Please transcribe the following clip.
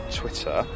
twitter